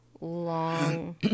long